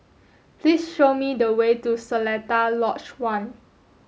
please show me the way to Seletar Lodge One